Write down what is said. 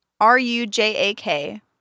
R-U-J-A-K